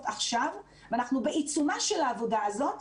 עכשיו ואנחנו בעיצומה של העבודה הזאת,